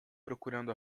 procurando